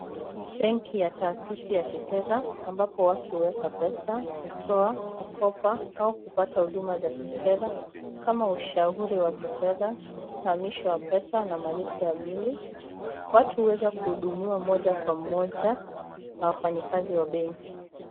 Benki ya kitaasisi ya kifedha ambapo watu huweka pesa, kutoa, kukopa au kupata huduma za kifedha kama ushauri wa kifedha, uhamishi wa pesa na malipo ya bili . Watu huweza kuhudumiwa mmoja kwa mmoja na wafanyikazi wa benki.